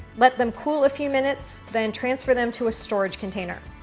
let them cool a few minutes, then transfer them to a storage container.